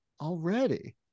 already